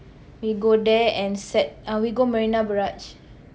we go there and set uh we go Marina Barrage